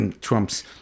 Trump's